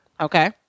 Okay